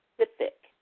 specific